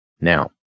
Now